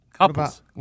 Couples